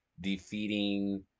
defeating